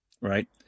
right